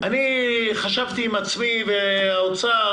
מחשבים ואיך זה יוצא.